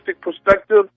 perspective